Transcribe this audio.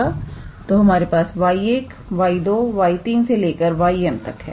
तो हमारे पास 𝑦1 𝑦2 𝑦3 से लेकर 𝑦𝑚 तक है